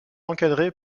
encadrée